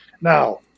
Now